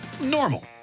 normal